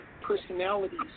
personalities